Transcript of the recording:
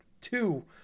two